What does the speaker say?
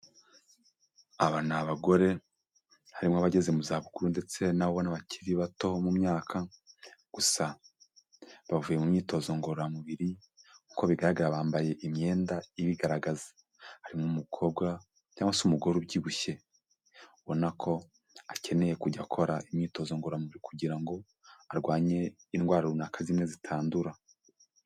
Aba ni abagore, harimo abageze mu zabukuru ndetse nabo ubona bakiri bato mu myaka, gusa bavuye mu myitozo ngororamubiri, uko bigaragara bambaye imyenda ibigaragaza, harimo umukobwa cyangwa se umugore ubyibushye, ubona ko akeneye kujya akora imyitozo ngororamubiri kugira ngo arwanye indwara runaka zimwe zitandura.